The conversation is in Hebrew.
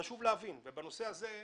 חשוב להבין את הנושא הזה.